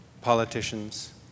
politicians